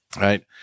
Right